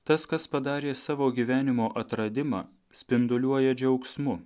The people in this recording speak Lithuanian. tas kas padarė savo gyvenimo atradimą spinduliuoja džiaugsmu